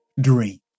dream